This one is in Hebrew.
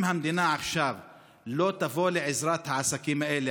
אם המדינה לא תבוא עכשיו לעזרת העסקים האלה